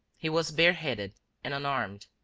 he was bareheaded and unarmed.